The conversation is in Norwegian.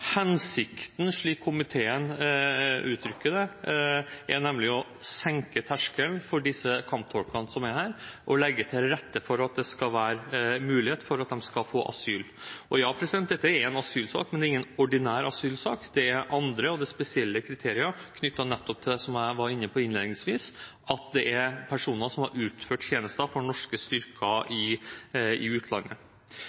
Hensikten er, slik komiteen uttrykker det, å «senke terskelen» for kamptolkene, og legge til rette for at det skal være mulig for dem å få asyl. Ja, dette er en asylsak, men det er ingen ordinær asylsak. Det er andre og spesielle kriterier knyttet nettopp til det som jeg var inne på innledningsvis, at det er personer som har utført tjenester for norske styrker i utlandet. Vi som nasjon har et ansvar for å ta vare på dem som utøver tjenester for oss i utlandet.